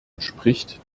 entspricht